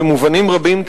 במובנים רבים,